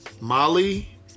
Molly